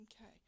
okay